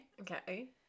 Okay